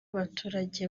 abaturage